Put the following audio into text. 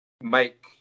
make